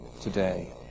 today